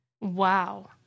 Wow